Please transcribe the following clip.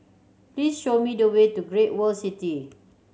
please show me the way to Great World City